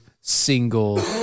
single